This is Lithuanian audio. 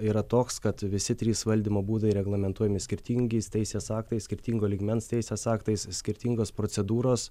yra toks kad visi trys valdymo būdai reglamentuojami skirtingais teisės aktais skirtingo lygmens teisės aktais skirtingos procedūros